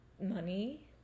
money